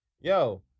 yo